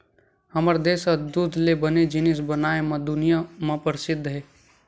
हमर देस ह दूद ले बने जिनिस बनाए म दुनिया म परसिद्ध हे